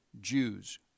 Jews